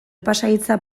pasahitza